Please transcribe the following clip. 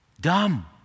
dumb